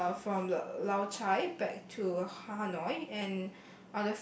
uh from the Lao-Cai back to Hanoi and